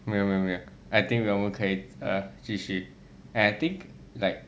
没有没有没有 I think 我们可以 err 继续 and I think like